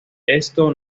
esto